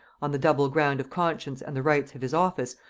on the double ground of conscience and the rights of his office,